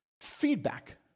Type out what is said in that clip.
feedback